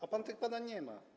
A pan tych badań nie ma.